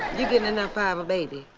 you getting enough fiber, baby?